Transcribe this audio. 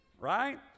Right